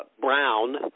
brown